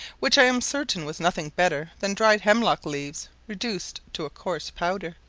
which i am certain was nothing better than dried hemlock leaves reduced to a coarse powder.